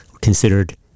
considered